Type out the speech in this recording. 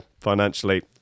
financially